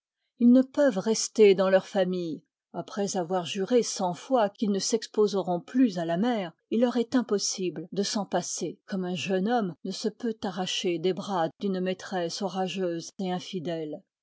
ils ne peuvent rester dans leur famille après avoir juré cent fois qu'ils ne s'exposeront plus à la mer il leur est impossible de s'en passer comme un jeune homme ne se peut arracher des bras d'une maîtresse orageuse et infidèle